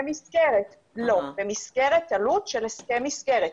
לא, במסגרת עלות של הסכם מסגרת.